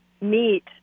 meet